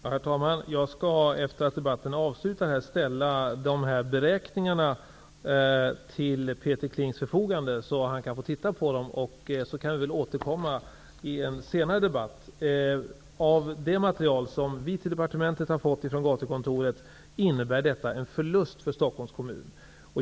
Herr talman! Jag skall efter det att debatten är avslutad ställa dessa beräkningar till Peter Klings förfogande. Sedan kan vi väl återkomma i en senare debatt. Av det material som vi har fått på departementet från Gatukontoret framgår det att denna verksamhet innebär en förlust för Stockholms kommun.